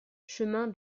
chemin